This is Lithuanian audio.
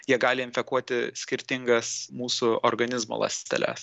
jie gali infekuoti skirtingas mūsų organizmo ląsteles